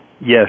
Yes